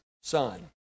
Son